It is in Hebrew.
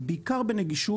בנגישות, בעיקר בנגישות,